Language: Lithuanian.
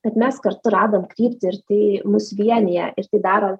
kad mes kartu radom kryptį ir tai mus vienija ir tai daro